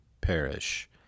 perish